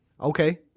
Okay